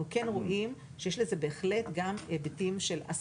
אנחנו כן רואים שיש לזה בהחלט גם היבטים של שכר.